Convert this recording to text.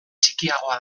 txikiagoa